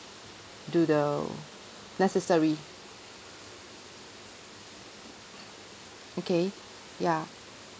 do the necessary okay ya